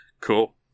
Cool